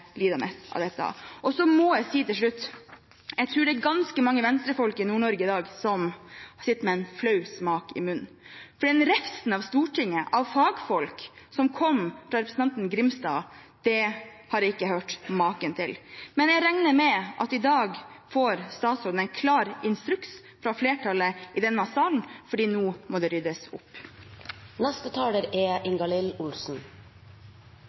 av dette. Så må jeg si til slutt: Jeg tror det er ganske mange Venstre-folk i Nord-Norge i dag som sitter med en flau smak i munnen. For den refsen av Stortinget og av fagfolk som kom fra representanten Grimstad, har jeg ikke hørt maken til. Jeg regner med at statsråden får en klar instruks fra flertallet i denne salen i dag, for nå må det ryddes opp.